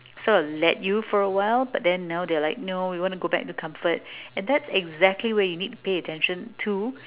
sort of let you for a while but then now they're like no they want to go back to comfort and that's exactly where you need to pay attention to